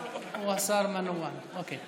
השר מנוע, אוקיי.